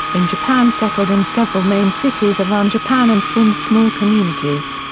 in japan settled in several main cities around japan and formed small communities.